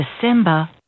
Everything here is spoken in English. December